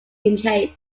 gmbh